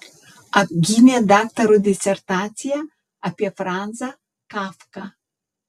apgynė daktaro disertaciją apie franzą kafką